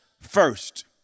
First